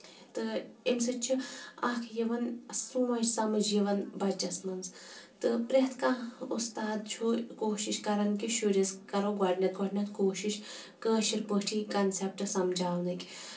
تہٕ اَمہِ سۭتۍ چھُ اکھ یِوان سونچ سَمجھ یِوان بَچس منٛز تہٕ پرٮ۪تھ کانہہ اُستاد چھُ کوٗشِش کران کہِ شُرِس کَرو گۄڈٕنیتھ گۄڈٕنیتھ کوٗشِش کٲشِر پٲٹھِ کَنسیپٹ سَمجھونٕکۍ